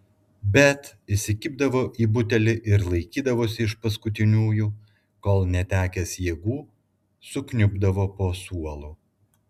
bet įsikibdavo į butelį ir laikydavosi iš paskutiniųjų kol netekęs jėgų sukniubdavo po suolu